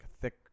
thick